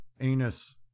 anus